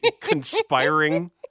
conspiring